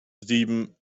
sieben